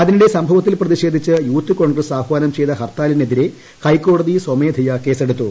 അതിനിടെ സംഭവത്തിൽ പ്രപ്രതിഷേധിച്ച് യൂത്ത് കോൺഗ്രസ് ആഹ്വാനം ചെയ്ത ഹർത്താലിനെതിരെ ഹൈക്കോടതി സ്വമേധയാ കേസ്സെടുത്തു